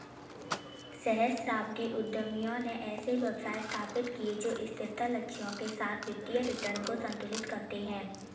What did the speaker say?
सहस्राब्दी उद्यमियों ने ऐसे व्यवसाय स्थापित किए जो स्थिरता लक्ष्यों के साथ वित्तीय रिटर्न को संतुलित करते हैं